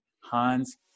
Hans